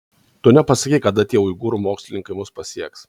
tu nepasakei kada tie uigūrų mokslininkai mus pasieks